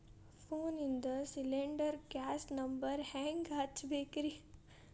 ಫೋನಿಂದ cylinder gas number ಹೆಂಗ್ ಹಚ್ಚ ಬೇಕ್ರಿ?